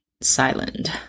silent